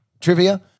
trivia